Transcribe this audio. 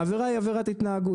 העבירה היא עבירת התנהגות.